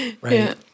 right